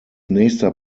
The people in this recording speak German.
nächster